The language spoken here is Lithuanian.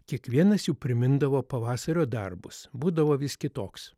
kiekvienas jų primindavo pavasario darbus būdavo vis kitoks